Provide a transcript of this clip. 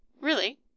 Really